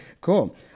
Cool